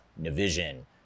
Navision